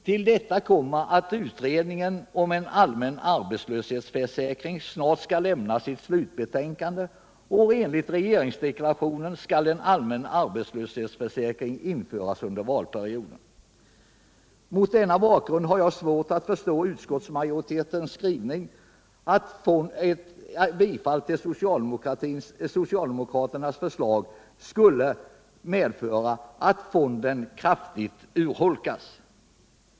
Till detta kommer att utredningen om en allmän arbetslöshetsförsäkring snart skall lämna sitt Slutbetänkande, och enligt regeringsdeklarationen skall en allmän arbetslöshetsförsäkring införas under valperioden. Mot denna bakgrund har jag svårt att förstå utskottsmajoritetens skrivning att ett bifall till socialdemokraternas förslag skulle medföra att fonden kraftigt urholkas.